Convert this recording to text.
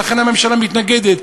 ולכן הממשלה מתנגדת.